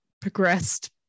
progressed